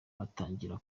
batangira